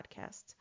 Podcasts